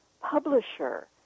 publisher